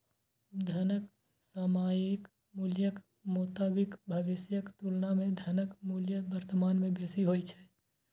धनक सामयिक मूल्यक मोताबिक भविष्यक तुलना मे धनक मूल्य वर्तमान मे बेसी होइ छै